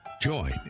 Join